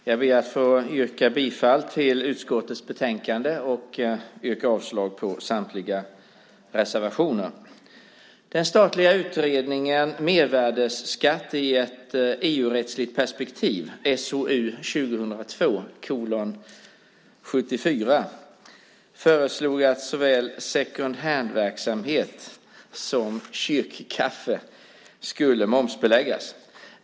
Fru talman! Jag yrkar bifall till utskottets betänkande och avslag på samtliga reservationer. Den statliga utredningen Mervärdesskatt i ett EU-rättsligt perspektiv föreslog att såväl second hand-verksamhet som kyrkkaffe skulle momsbeläggas.